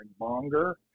longer